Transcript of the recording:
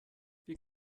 wir